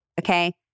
Okay